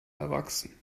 erwachsen